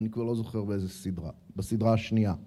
אני כבר לא זוכר באיזה סדרה. בסדרה השנייה.